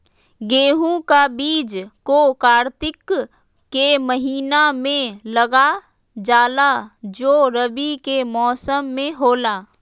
गेहूं का बीज को कार्तिक के महीना में लगा जाला जो रवि के मौसम में होला